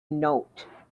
note